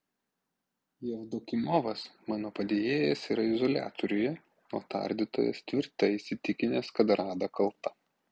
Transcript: jevdokimovas mano padėjėjas yra izoliatoriuje o tardytojas tvirtai įsitikinęs kad rada kalta